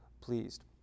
pleased